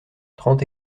trente